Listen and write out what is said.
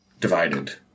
divided